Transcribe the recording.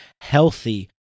healthy